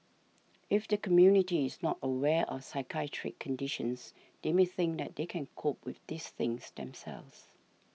if the community is not aware of psychiatric conditions they may think that they can cope with these things themselves